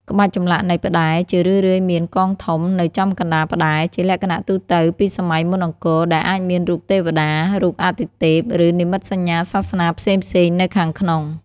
ក្បាច់ចម្លាក់នៃផ្ដែរ ជារឿយៗមាន កងធំ នៅចំកណ្ដាលផ្តែរ (ជាលក្ខណៈទូទៅពីសម័យមុនអង្គរ) ដែលអាចមានរូបទេវតា រូបអាទិទេព ឬនិមិត្តសញ្ញាសាសនាផ្សេងៗនៅខាងក្នុង។